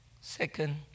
Second